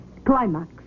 Climax